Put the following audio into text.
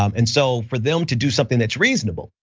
um and so for them to do something that's reasonable,